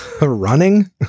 running